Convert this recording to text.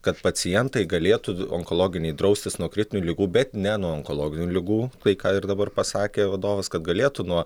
kad pacientai galėtų onkologiniai draustis nuo kritinių ligų bet ne nuo onkologinių ligų tai ką ir dabar pasakė vadovas kad galėtų nuo